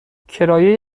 کرایه